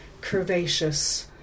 curvaceous